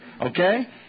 Okay